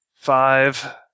five